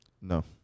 No